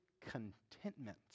contentment